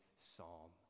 psalm